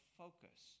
focus